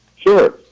Sure